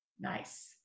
Nice